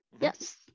yes